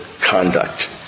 conduct